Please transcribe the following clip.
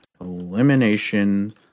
Elimination